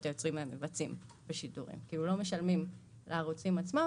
היוצרים והמבצעים בשידורים כי לא משלמים לערוצים עצמם